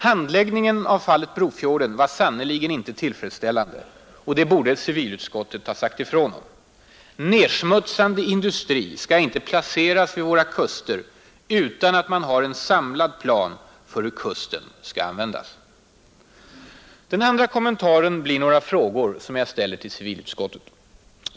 Handläggningen av fallet Brofjorden var sannerligen inte tillfredsställande, och det borde civilutskottet ha sagt ifrån om, Nersmutsande industri skall inte placeras vid våra kuster utan att man har en samlad plan för hur kusten skall användas. Den andra kommentaren blir några frågor som jag ställer till civilutskottet.